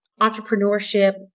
entrepreneurship